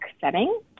setting